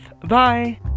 Bye